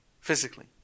physically